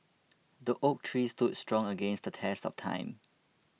the oak tree stood strong against the test of time